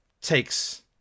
takes